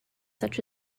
such